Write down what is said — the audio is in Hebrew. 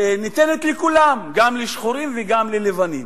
ניתנה לכולם, גם לשחורים וגם ללבנים,